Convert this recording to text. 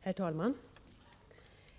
Herr talman!